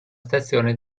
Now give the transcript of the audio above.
stazione